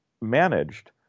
managed